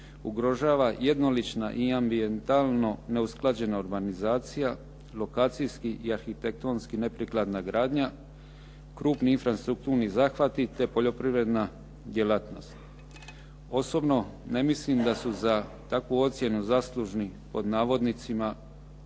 ugrožava jednolična i ambijentalno neusklađena urbanizacija, lokacijski i arhitektonski neprikladna gradnja, krupni infrastrukturni zahvati te poljoprivredna djelatnost. Osobno, ne mislim da su za takvu ocjenu zaslužni "samo